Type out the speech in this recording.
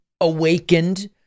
awakened